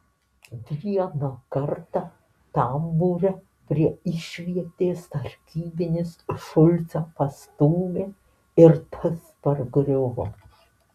vieną kartą tambūre prie išvietės sargybinis šulcą pastūmė ir tas pargriuvo